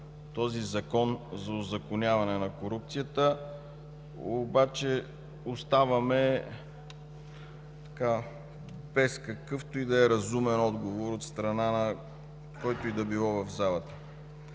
този закон за узаконяване на корупцията, обаче оставаме без какъвто и да е разумен отговор от страна на който и да е било в залата.